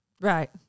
Right